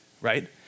right